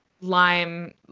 lime